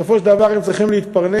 בסופו של דבר הם צריכים להתפרנס.